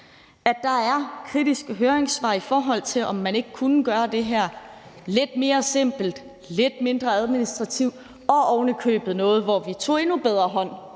at der er kritiske høringsvar, i forhold til om man ikke kunne gøre det her lidt mere simpelt og med lidt mindre administration og ovenikøbet på en måde, hvor vi tog endnu bedre hånd